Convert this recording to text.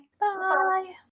Bye